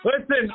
listen